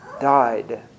died